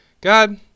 God